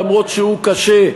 למרות שהוא קשה,